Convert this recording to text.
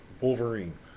Wolverine